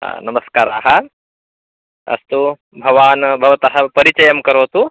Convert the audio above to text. हा नमस्काराः अस्तु भवान् भवतः परिचयं करोतु